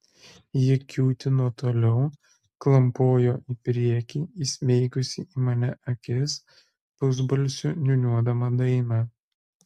ji kiūtino toliau klampojo į priekį įsmeigusi į mane akis pusbalsiu niūniuodama dainą